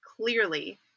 clearly